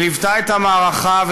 שליוותה את המערכה,